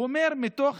הוא אומר: מתוך